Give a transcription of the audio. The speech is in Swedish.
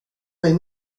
mig